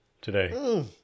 today